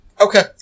Okay